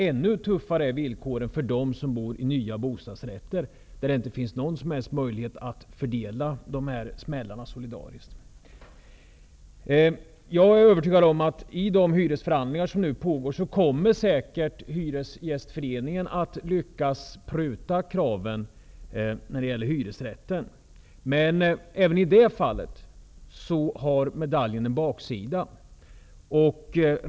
Ännu tuffare är villkoren för dem som bor i nya bostadsrätter, där det inte finns någon som helst möjlighet att fördela dessa smällar solidariskt. Jag är övertygad om att det i de hyresförhandlingar som nu pågår kommer säkert Hyresgästföreningen att lyckas pruta på kraven på hyreshöjningar i hyresrätter. Men även i det fallet har medaljen en baksida.